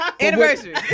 Anniversary